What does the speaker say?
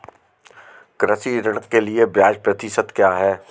कृषि ऋण के लिए ब्याज प्रतिशत क्या है?